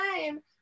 time